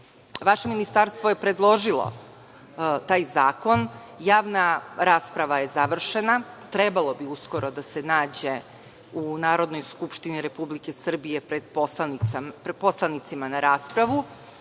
ministarstvo je predložilo taj zakon. Javna rasprava je završena. Trebalo bi uskoro da se nađe u Narodnoj skupštini Republike Srbije pred poslanicima na raspravi